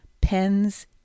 pens